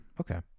Okay